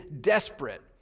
desperate